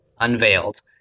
unveiled